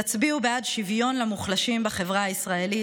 תצביעו בעד שוויון למוחלשים בחברה הישראלית,